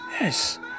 Yes